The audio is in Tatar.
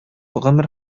гомер